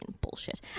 bullshit